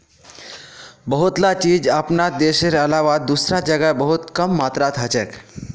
बहुतला चीज अपनार देशेर अलावा दूसरा जगह बहुत कम मात्रात हछेक